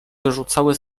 wyrzucały